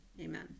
amen